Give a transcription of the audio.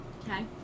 Okay